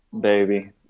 Baby